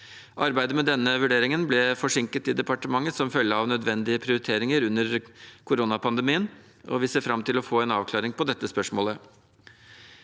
Arbeidet med denne vurderingen ble forsinket i departementet som følge av nødvendige prioriteringer under koronapandemien, og vi ser fram til å få en avklaring på dette spørsmålet.